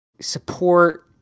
support